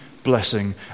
Blessing